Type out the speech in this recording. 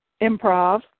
improv